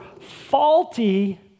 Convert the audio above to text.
faulty